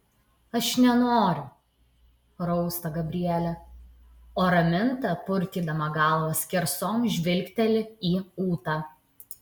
aš nenoriu rausta gabrielė o raminta purtydama galvą skersom žvilgteli į ūtą